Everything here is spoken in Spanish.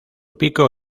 pico